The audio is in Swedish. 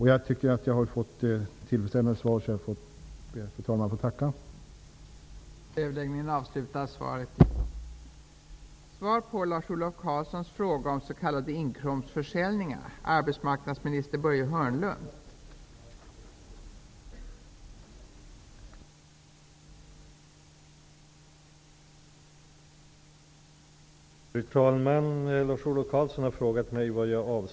Jag tycker att jag har fått ett tillfredsställande svar, som jag ber, fru talman, att få tacka för.